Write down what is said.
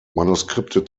manuskripte